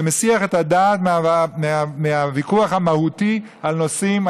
זה מסיח את הדעת מהוויכוח המהותי על נושאים,